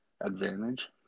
advantage